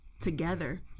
together